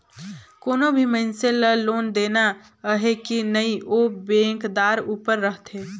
कोनो भी मइनसे ल लोन देना अहे कि नई ओ बेंकदार उपर रहथे